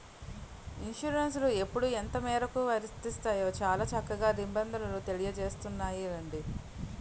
ఇన్సురెన్సులు ఎప్పుడు ఎంతమేరకు వర్తిస్తాయో చాలా చక్కగా నిబంధనలు తెలియజేస్తున్నాయిలెండి